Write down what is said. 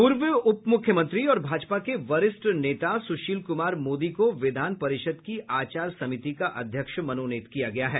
पूर्व उपमुख्यमंत्री और भाजपा के वरिष्ठ नेता सुशील कुमार मोदी को विधान परिषद की आचार समिति का अध्यक्ष मनोनीत किया गया है